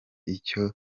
icyo